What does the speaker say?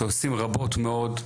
שעושים רבות מאוד,